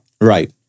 Right